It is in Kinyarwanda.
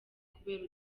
kubera